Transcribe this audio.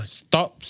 stop